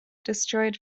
destroyed